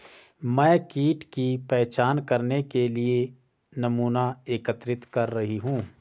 मैं कीट की पहचान करने के लिए नमूना एकत्रित कर रही हूँ